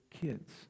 kids